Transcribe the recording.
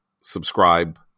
Subscribe